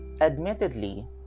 admittedly